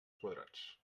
quadrats